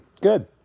Good